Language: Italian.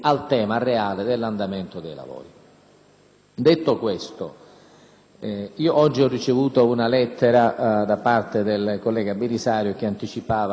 Detto questo, oggi ho ricevuto una lettera del collega Belisario che anticipava la mancata presenza alla riunione dei Capigruppo,